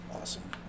awesome